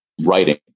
writing